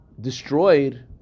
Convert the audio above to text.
destroyed